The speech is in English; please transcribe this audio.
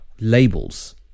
labels